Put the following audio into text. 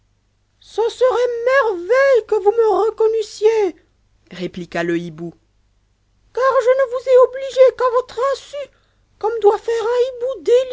ce serait merveille que vous me reconnussiez répliqua o bibou car je ne vous ai obligé qu'a votre insu comme doit faire un hibou